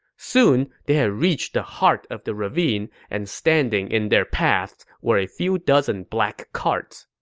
soon, they had reached the heart of the ravine, and standing in their paths were a few dozen black carts.